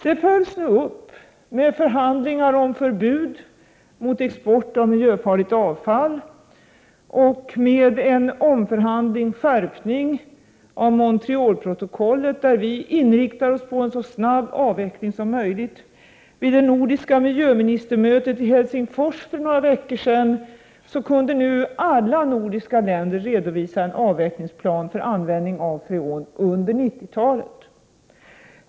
Det följs nu upp med förhandlingar om förbud mot export av miljöfarligt avfall och med en omförhandling, en skärpning av Montrealprotokollet, där vi inriktar oss på en så snabb avveckling som möjligt: Vid det nordiska miljöministermötet i Helsingfors för några veckor sedan kunde alla nordiska länder redovisa en avvecklingplan för användning av freon under 1990-talet.